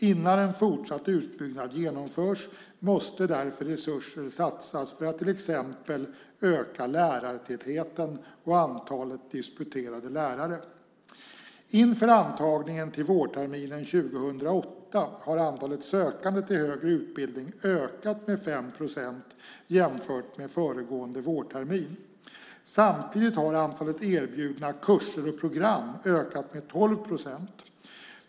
Innan en fortsatt utbyggnad genomförs måste därför resurser satsas för att till exempel öka lärartätheten och antalet disputerade lärare. Inför antagningen till vårterminen 2008 har antalet sökande till högre utbildning ökat med 5 procent jämfört med föregående vårtermin. Samtidigt har antalet erbjudna kurser och program ökat med 12 procent.